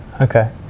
okay